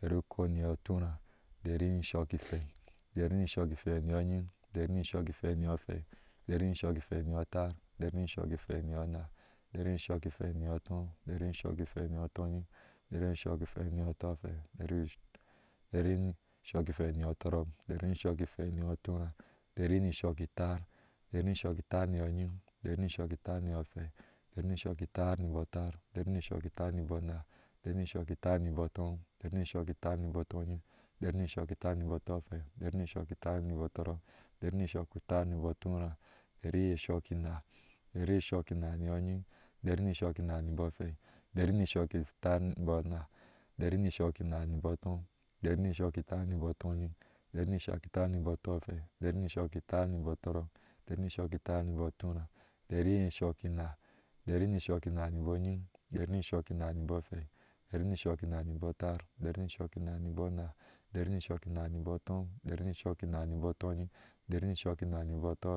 dari ukow ruyɔɔ túrá dari nie shukifei, dari ni shukifei niyɔɔ nyiŋ dari ni shuki fei niyɔɔ ofei, dari ni shukifei niyɔɔ atar dari ni shukifei niyɔɔ ana, dari ni shukifei niyɔɔ atɔɔ dari ni shukire niyɔɔ tɔnyiŋ, dari nishukifei niyɔɔ tɔfei, dari ni shukifei niyɔɔ tɔrɔk, dari ni shukifei niyɔɔ túrá, dari ni shukiter dari ni shukitar niyɔɔ nyiŋ tari ni shukitar are, dari ai shuki itar nibɔɔ atɔɔ dari ni shukitar nibɔo tɔnyiŋ, dari ni shukitar niyɔɔ tɔfei dari ni shuku tar nibɔɔ tɔrɔk, dari ni shukitar niyɔɔ tura, dara ni shukina dari ni shukina nyɔɔ nyiŋ, dari shukina in bɔɔ afei dari ni shukina nibɔɔ atar, dari ni shukina nibo ana, dari ni shukina nibɔɔ atɔɔ, dari ni shukina nibɔɔ tɔnyiŋ, dari ni shukina nibɔo tɔ fei